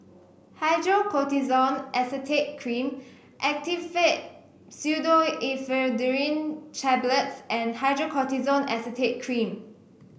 Hydrocortisone Acetate Cream Actifed Pseudoephedrine Tablets and Hydrocortisone Acetate Cream